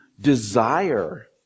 desire